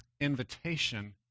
invitation